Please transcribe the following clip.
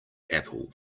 apple